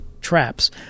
traps